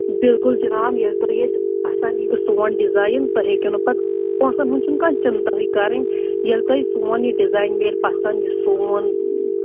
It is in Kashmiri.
بلکُل جِناب ییٚلہِ تۄہہِ ییٚتہِ پسنٛد ییٖوٕ سون ڈِزاین تُہۍ ہیٚکِو نہٕ پتہٕ پۄنٛسن ہُنٛد چھُنہٕ کانٛہہ چِنتاہٕے کَرٕنۍ ییٚلہِ تۄہہِ سون یہِ ڈِزاین میلہِ پسنٛد یہِ سوُن